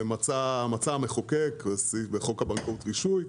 שמצא המחוקק וזה סעיף בחוק הבנקאות רישוי,